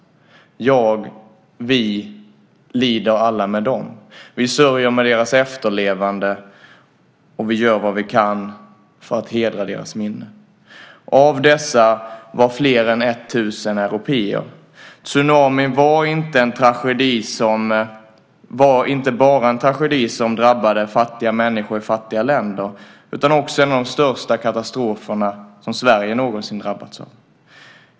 Jag, vi lider alla med dem. Vi sörjer med deras efterlevande, och vi gör vad vi kan för att hedra deras minne. Av dessa var fler än 1 000 européer. Tsunamin var inte bara en tragedi som drabbade fattiga människor i fattiga länder utan också en av de största katastroferna som Sverige någonsin drabbats av.